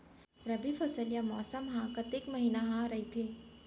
रबि फसल या मौसम हा कतेक महिना हा रहिथे?